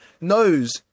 knows